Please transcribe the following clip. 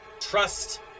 Trust